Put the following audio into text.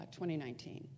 2019